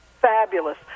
fabulous